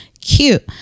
cute